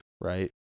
right